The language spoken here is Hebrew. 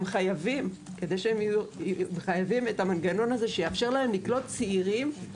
הם חייבים את המנגנון הזה שיאפשר להם לקלוט צעירים.